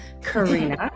Karina